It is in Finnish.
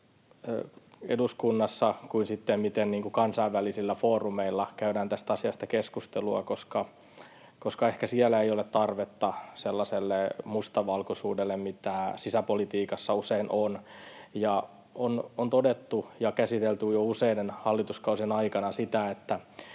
kuin se, miten kansainvälisillä foorumeilla käydään tästä asiasta keskustelua, koska ehkä siellä ei ole tarvetta sellaiselle mustavalkoisuudelle, mitä sisäpolitiikassa usein on. On todettu ja käsitelty jo useiden hallituskausien aikana sitä, että